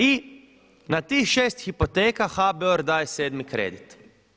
I na tih 6 hipoteka HBOR daje 7. kredit.